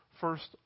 first